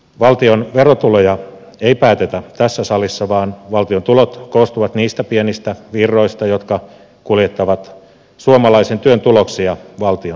valtion verotuloja ei päätetä tässä salissa vaan valtion tulot koostuvat niistä pienistä virroista jotka kuljettavat suomalaisen työn tuloksia valtion kassaan